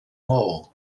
maó